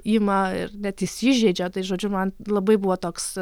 ima ir net įsižeidžia tai žodžiu man labai buvo toks